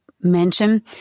mention